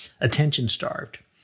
attention-starved